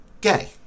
gay